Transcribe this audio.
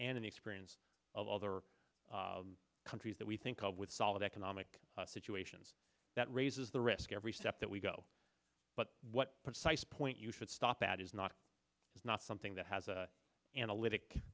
and the experience of other countries that we think of with solid economic situations that raises the risk every step that we go but what precise point you should stop that is not it's not something that has an analytic